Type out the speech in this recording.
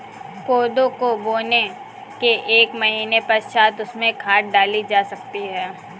कोदो को बोने के एक महीने पश्चात उसमें खाद डाली जा सकती है